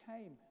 came